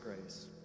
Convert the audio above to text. grace